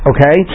Okay